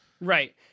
Right